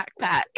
backpack